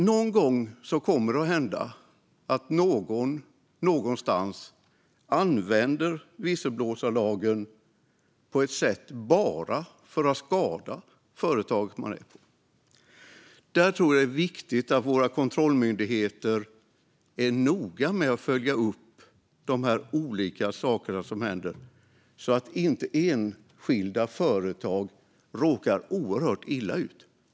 Någon gång kommer det att hända att någon någonstans använder visselblåsarlagen på ett sätt som bara är ämnat att skada företaget man jobbar på. Jag tror att det är viktigt att våra kontrollmyndigheter är noga med att följa upp de olika saker som händer så att enskilda företag inte råkar oerhört illa ut.